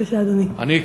אני,